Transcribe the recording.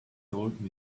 told